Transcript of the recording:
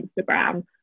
Instagram